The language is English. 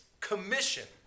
Commission